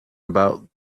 about